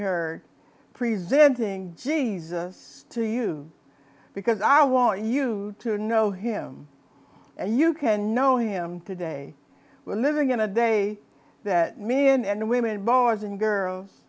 her presenting to you because i want you to know him and you can know him today we're living in a day that men and women boys and girls